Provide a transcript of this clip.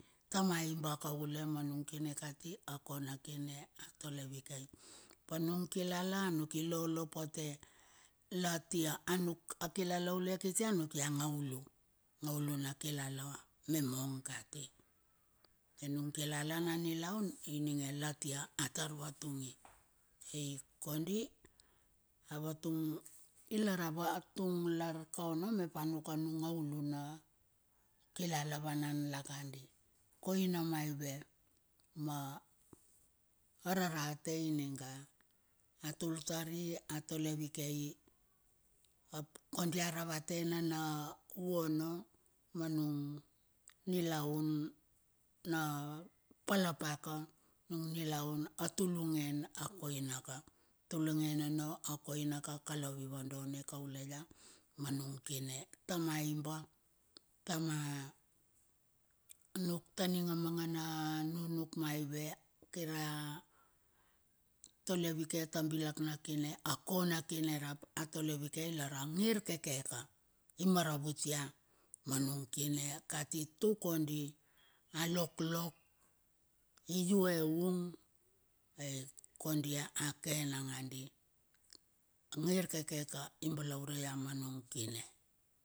Tamaiba kaule ma nung kine kati a kona kine atole vikei. Apa nung kilala anuk ilolopote latia anuk a kilalau la kiti anuk ia angaulu. Angaulua na kilala me mong kati. Ai nung kilala na nilaun ininge latia atar vatungi. Ai kondi a vatung ilar avatung lar kaono mepa nuk anung angaula na kilala vanan lakadi. Koina maive, ma ararate ining a, a tultari, a tole vikei, ap kondi aravatenana uono ma nung nilaun na pa lapaka. Nung nilaun a tulugen a koina ka tulungen ono a koina ka kalou i vadane kaule ia manung kine. Tama iba tama nuk ta ninga mangana nunuk maive kir a tole vike ta bilak na kine. A kona kine rap atole vikei lar a ngir keke ka, imaravut ia ma nung kine kati tuk kondi a loklok i ue ung e kondi a ke nangandi ngir keke ka i balaure ia manung kine.